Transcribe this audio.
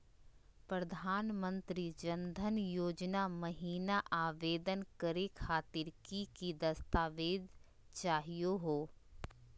प्रधानमंत्री जन धन योजना महिना आवेदन करे खातीर कि कि दस्तावेज चाहीयो हो?